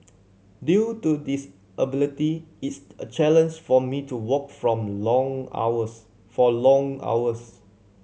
due to disability it's a challenge for me to walk from long hours for long hours